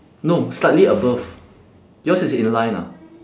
no slightly above yours is in line ah